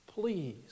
please